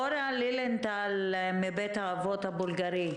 אורה לילינטל מבית האבות הבולגרי.